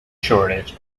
shortage